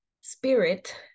spirit